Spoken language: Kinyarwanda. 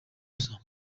gusa